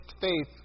faith